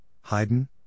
Haydn